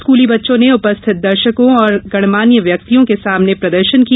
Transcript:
स्कूली बच्चों ने उपस्थित दर्शकों और गणमान्य व्यक्तियों के सामने प्रदर्शन किया